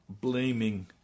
blaming